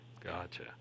Gotcha